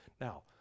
Now